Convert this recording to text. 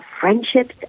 friendships